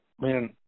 man